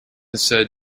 said